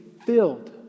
filled